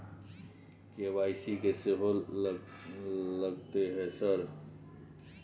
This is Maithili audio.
के.वाई.सी की सेहो लगतै है सर?